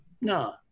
No